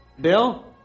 Bill